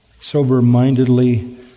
sober-mindedly